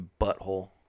butthole